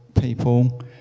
people